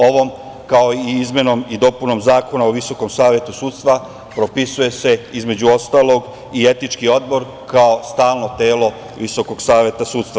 Ovom, kao i izmenom i dopunama Zakona o Visokom savetu sudstva propisuje se, između ostalog, i etički odbor kao stalno telo Visokog saveta sudstva.